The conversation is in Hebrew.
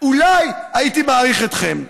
אולי הייתי מעריך אתכם.